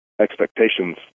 expectations